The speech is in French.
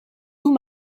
sous